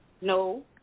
No